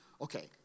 okay